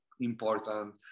important